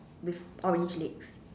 with orange legs